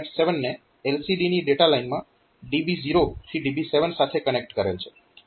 7 ને LCD ની data લાઇનમાં DB 0 થી DB 7 સાથે કનેક્ટ કરેલ છે